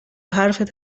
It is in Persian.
حرفت